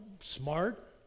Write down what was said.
smart